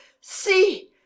See